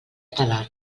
talarn